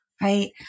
right